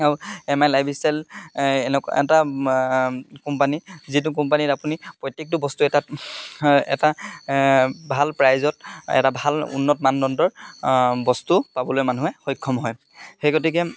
আৰু M I lifestyle এনেকুৱা এটা কোম্পানী যিটো কোম্পানীত আপুনি প্ৰত্যেকটো বস্তু এটা এটা ভাল প্ৰাইজত এটা ভাল উন্নত মানদণ্ডৰ বস্তু পাবলৈ মানুহে সক্ষম হয় সেই গতিকে